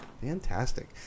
fantastic